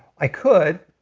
i could,